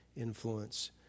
influence